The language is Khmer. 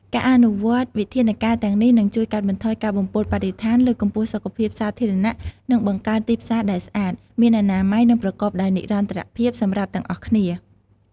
ការអនុវត្តន៍វិធានការទាំងនេះនឹងជួយកាត់បន្ថយការបំពុលបរិស្ថាន លើកកម្ពស់សុខភាពសាធារណៈ និងបង្កើតទីផ្សារដែលស្អាត មានអនាម័យ និងប្រកបដោយនិរន្តរភាពសម្រាប់ទាំងអស់គ្នា។